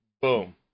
Boom